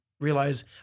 realize